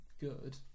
good